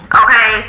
okay